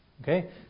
Okay